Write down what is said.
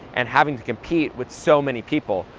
and having to compete with so many people,